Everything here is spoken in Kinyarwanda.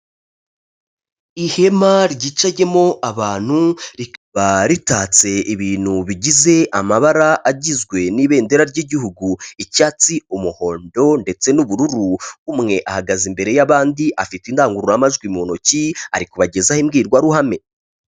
Ihema ryicayemo abantu, rikaba ritatse ibintu bigize amabara agizwe n'ibendera ry'igihugu, icyatsi, umuhondo ndetse n'ubururu. Umwe ahagaze imbere y'abandi, afite indangururamajwi mu ntoki, ari kubagezaho imbwirwaruhame.